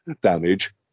damage